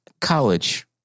college